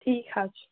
ٹھیٖک حظ چھُ